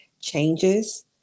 changes